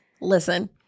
listen